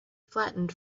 flattened